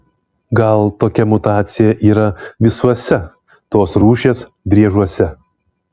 gal tokia mutacija yra visuose tos rūšies driežuose